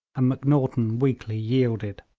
macnaghten weakly yielded.